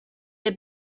had